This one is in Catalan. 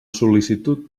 sol·licitud